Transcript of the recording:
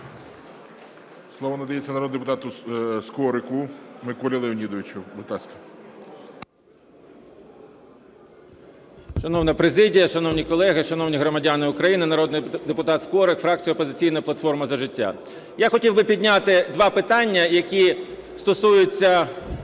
Слово надається народному депутату Скорику Миколі Леонідовичу. Будь ласка. 10:29:07 СКОРИК М.Л. Шановна президія, шановні колеги, шановні громадяни України! Народний депутат Скорик, фракція "Опозиційна платформа – За життя". Я хотів би підняти два питання, які стосуються,